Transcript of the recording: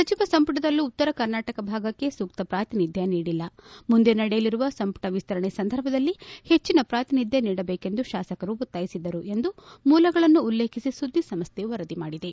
ಸಚಿವ ಸಂಮಟದಲ್ಲೂ ಉತ್ತರ ಕರ್ನಾಟಕ ಭಾಗಕ್ಕೆ ಸೂಕ್ತ ಪ್ರಾತಿನಿಧ್ಯ ನೀಡಿಲ್ಲ ಮುಂದೆ ನಡೆಯಲಿರುವ ಸಂಮಟ ವಿಸ್ತರಣೆ ಸಂದರ್ಭದಲ್ಲಿ ಹೆಚ್ಚಿನ ಪೂತಿನಿಧ್ಯ ನೀಡಬೇಕೆಂದು ಶಾಸಕರು ಒತ್ತಾಯಿಸಿದರು ಎಂದು ಮೂಲಗಳನ್ನು ಉಲ್ಲೇಖಿಸಿ ಸುದ್ದಿ ಸಂಸ್ಟೆ ವರದಿ ಮಾಡಿದೆ